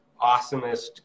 awesomest